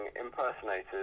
impersonators